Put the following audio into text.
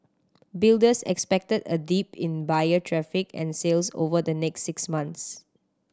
builders expected a dip in buyer traffic and sales over the next six months